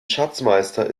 schatzmeister